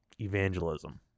evangelism